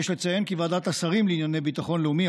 יש לציין כי ועדת השרים לענייני ביטחון לאומי,